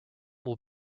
will